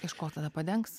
iš ko tada padengs